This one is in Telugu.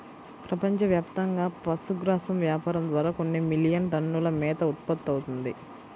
ప్రపంచవ్యాప్తంగా పశుగ్రాసం వ్యాపారం ద్వారా కొన్ని మిలియన్ టన్నుల మేత ఉత్పత్తవుతుంది